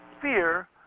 fear